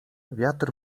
wiatr